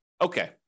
okay